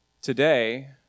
today